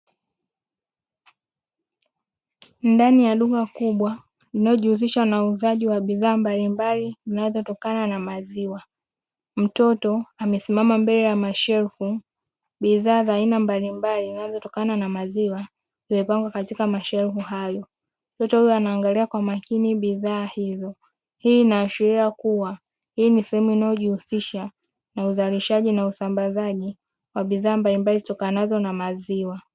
Ndani ya duka kubwa linalojihusisha na uuzaji wa bidhaa mbalimbali zinazotokana na maziwa. Mtoto amesimama mbele ya mashelfu, bidhaa za aina mbalimbali zinazotokana na maziwa; zimepangwa katika mashelfu hayo. Mtoto huyo anaangalia kwa makini bidhaa hizo. Hii inaashiria kuwa hii ni sehemu inayojihusisha na uzalishaji na usambazaji wa bidhaa mbalimbali zitokanazo na maziwa.